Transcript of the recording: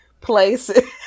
places